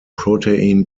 protein